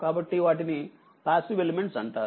కాబట్టి వాటిని passive elements అంటారు